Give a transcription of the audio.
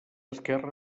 esquerra